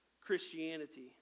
Christianity